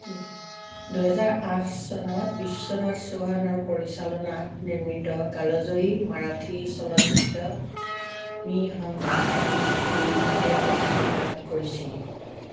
দুহেজাৰ আঠ চনত বিশ্বনাথ চৌহানৰ পৰিচালনাত নিৰ্মিত কালজয়ী মাৰাঠী চলচ্চিত্ৰ মী সংসাৰ মন্দিতে মুক্তি লাভ কৰিছিল